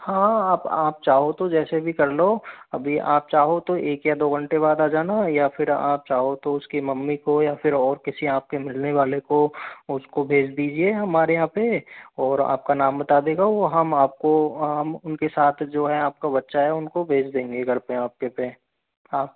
हाँ आप आप चाहो तो जैसे भी कर लो अभी आप चाहो तो एक या दो घंटे बाद आ जाना या फिर आप चाहो तो उसकी मम्मी को या फिर और किसी आपके मिलने वाले को उसको भेज दीजिए हमारे यहाँ पे और आपका नाम बता देगा वो हम आपको हम उनके साथ जो है आपका बच्चा है उनको भेज देंगे घर पे आप के पे हाँ